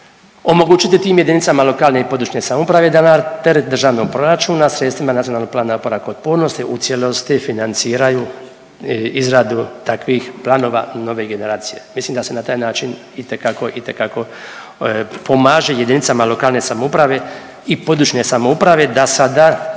omogućiti tim jedinicama lokalne i područne samouprave da na teret državnog proračuna, sredstvima NPOO-a u cijelosti financiraju izradu takvih planova nove generacije, mislim da se na taj način itekako, itekako pomaže jedinicama lokalne samouprave i područne samouprave da sada